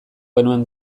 genuen